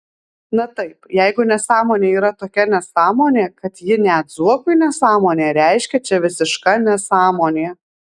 na taip jeigu nesąmonė yra tokia nesąmonė kad ji net zuokui nesąmonė reiškia čia visiška nesąmonė